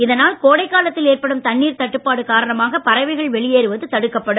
இதனால் கோடைகாலத்தில் ஏற்படும் தண்ணீர் தட்டுப்பாடு காரணமாக பறவைகள் வெளியேறுவது தடுக்கப்படும்